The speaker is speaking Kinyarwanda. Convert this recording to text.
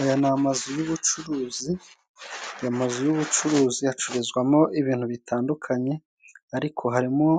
Aya ni amazu y'ubucuruzi, aya mazu y'ubucuruzi acururizwamo ibintu bitandukanye ariko harimo